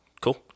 Cool